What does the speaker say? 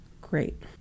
Great